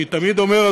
אני תמיד אומר,